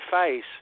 face